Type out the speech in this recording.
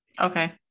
okay